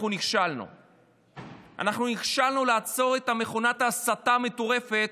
אנחנו נכשלנו בעצירת מכונת ההסתה המטורפת,